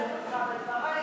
דברי,